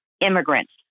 immigrants